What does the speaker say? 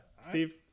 Steve